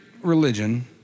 religion